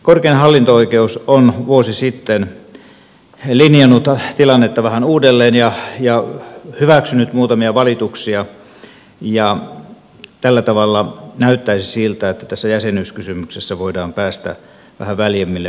korkein hallinto oikeus on vuosi sitten linjannut tilannetta vähän uudelleen ja hyväksynyt muutamia valituksia ja tällä tavalla näyttäisi siltä että tässä jäsenyyskysymyksessä voidaan päästä vähän väljemmille vesille